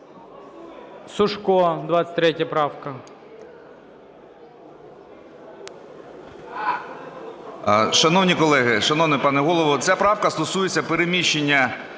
Сушко, 23 правка.